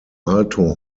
alto